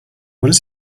what